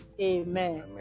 amen